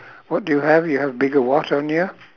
what do you have you have bigger what on you